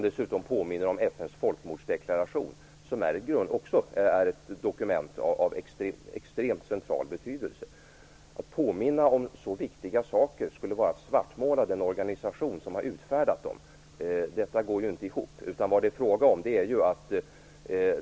Dessutom påminde jag om FN:s folkmordsdeklaration som är ett dokument av extremt central betydelse. Att påminna om så viktiga saker skulle vara att svartmåla den organisation som har utfärdat dessa dokument, detta går ju inte ihop.